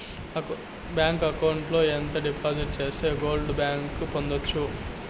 Bank account లో ఎంత డిపాజిట్లు సేస్తే గోల్డ్ బాండు పొందొచ్చు?